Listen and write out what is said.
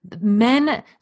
men